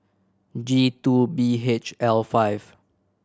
G Two B H L five